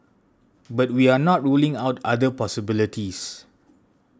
but we are not ruling out other possibilities